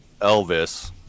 Elvis